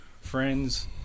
friends